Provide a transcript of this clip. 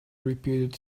repeated